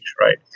right